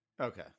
Okay